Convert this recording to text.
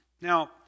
Now